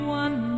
one